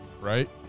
Right